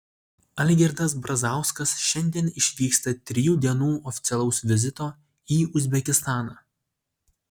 algirdas brazauskas šiandien išvyksta trijų dienų oficialaus vizito į uzbekistaną